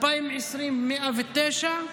2020, 109,